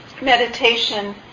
Meditation